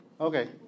Okay